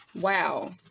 wow